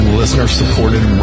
listener-supported